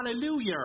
hallelujah